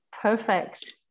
Perfect